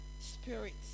spirits